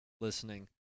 listening